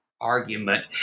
argument